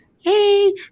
hey